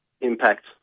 impact